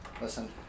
listen